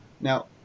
now